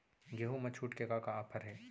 गेहूँ मा छूट के का का ऑफ़र हे?